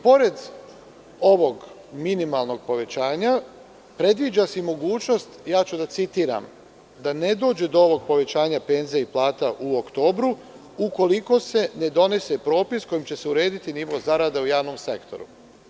Pored ovog minimalnog povećanja, predviđa se i mogućnost, ja ću da citiram – da ne dođe do ovog povećanja penzija i plata u oktobru, ukoliko se ne donese propis kojim će se urediti nivo zarade u javnom sektoru.